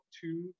two